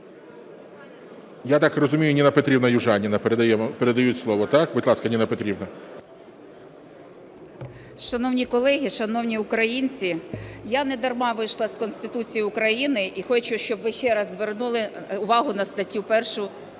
Я так розумію, Ніна Петрівна Южаніна, передають слово, так? Будь ласка, Ніна Петрівна. 13:27:44 ЮЖАНІНА Н.П. Шановні колеги, шановні українці! Я недарма вийшла з Конституцією України. І хочу, щоб ви ще раз звернули увагу на статтю першу